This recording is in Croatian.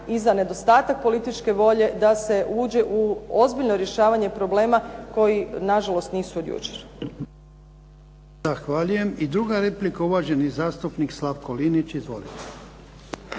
i za nedostatak političke volje da se uđe u ozbiljno rješavanje problema koji nažalost nisu od jučer. **Jarnjak, Ivan (HDZ)** Zahvaljujem. I druga replika, uvaženi zastupnik Slavko Linić. Izvolite.